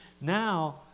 now